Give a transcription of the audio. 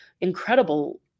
incredible